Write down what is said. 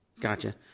Gotcha